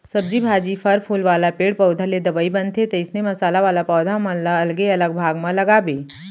सब्जी भाजी, फर फूल वाला पेड़ पउधा ले दवई बनथे, तइसने मसाला वाला पौधा मन ल अलगे अलग भाग म लगाबे